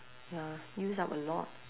ya use up a lot